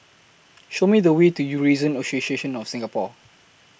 Show Me The Way to Eurasian Association of Singapore